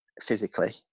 physically